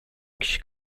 kişi